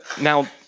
Now